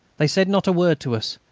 they said not a word to us,